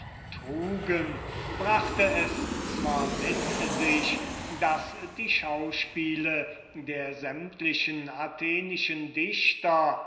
trugen brachte es zwar mit sich daß die schauspiele der sämtlichen atheniensischen dichter